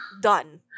Done